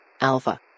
Alpha